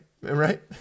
Right